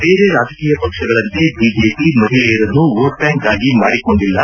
ಬೇರೆ ರಾಜಕೀಯ ಪಕ್ಷಗಳಂತೆ ಬಿಜೆಪಿ ಮಹಿಳೆಯರನ್ನು ವೋಟ್ ಬ್ಯಾಂಕ್ ಆಗಿ ಮಾಡಿಕೊಂಡಿಲ್ಲ